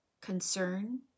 concern